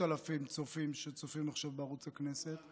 אלפים צופים שצופים עכשיו בערוץ הכנסת.